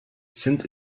sind